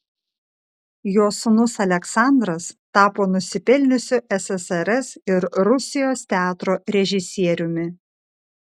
jo sūnus aleksandras tapo nusipelniusiu ssrs ir rusijos teatro režisieriumi